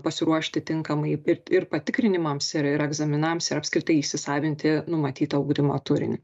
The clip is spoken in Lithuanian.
pasiruošti tinkamai ir ir patikrinimams ir ir egzaminams ir apskritai įsisavinti numatytą ugdymo turinį